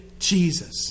Jesus